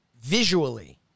Visually